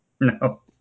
No